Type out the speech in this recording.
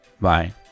Bye